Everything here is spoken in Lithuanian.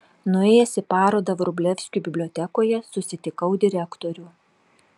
nuėjęs į parodą vrublevskių bibliotekoje susitikau direktorių